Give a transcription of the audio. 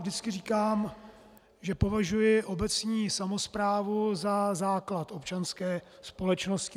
Vždycky říkám, že považuji obecní samosprávu za základ občanské společnosti.